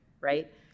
right